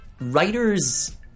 writers